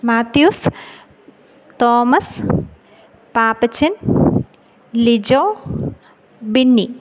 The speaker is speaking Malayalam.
മാത്യൂസ് തോമസ് പാപ്പച്ചന് ലിജോ ബിന്നി